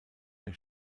der